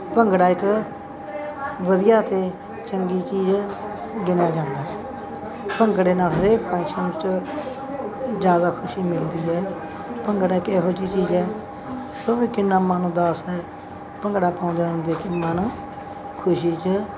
ਭੰਗੜਾ ਇੱਕ ਵਧੀਆ ਅਤੇ ਚੰਗੀ ਚੀਜ਼ ਗਿਣਿਆ ਜਾਂਦਾ ਭੰਗੜੇ ਨਾਲ ਹਰੇਕ ਫੰਕਸ਼ਨ 'ਚ ਜ਼ਿਆਦਾ ਖੁਸ਼ੀ ਮਿਲਦੀ ਹੈ ਭੰਗੜਾ ਇੱਕ ਇਹੋ ਜਿਹੀ ਚੀਜ਼ ਹੈ ਕਿਉਂਕਿ ਕਿੰਨਾ ਮਨ ਉਦਾਸ ਹੈ ਭੰਗੜਾ ਪਾਉਂਦਿਆਂ ਨੂੰ ਦੇਖ ਕੇ ਮਨ ਖੁਸ਼ੀ 'ਚ